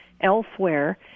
elsewhere